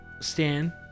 Stan